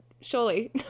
surely